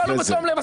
אלה שפעלו בתום לב.